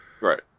Right